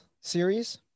series